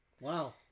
Wow